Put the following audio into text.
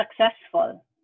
successful